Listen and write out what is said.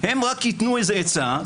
הם רק ייתנו עצה,